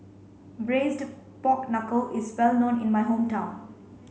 braised pork knuckle is well known in my hometown